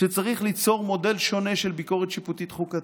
שצריך ליצור מודל שונה של ביקורת שיפוטית חוקתית,